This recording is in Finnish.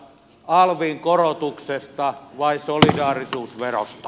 alvin korotuksesta vai solidaarisuusverosta